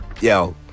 Yo